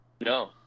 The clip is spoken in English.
No